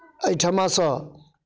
एहिठमासँ